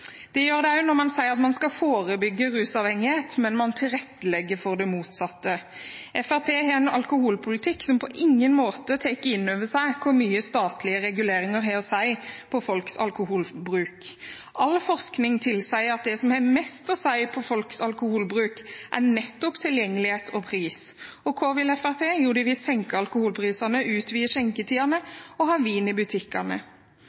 Det gjør det også når man sier man skal forebygge rusavhengighet, men tilrettelegger for det motsatte. Fremskrittspartiet har en alkoholpolitikk som på ingen måte tar inn over seg hvor mye statlige reguleringer har å si for folks alkoholforbruk. All forskning tilsier at det som har mest å si for folks alkoholforbruk, er nettopp tilgjengelighet og pris. Hva vil Fremskrittspartiet? Jo, de vil senke alkoholprisene, utvide skjenketidene og ha vin i butikkene.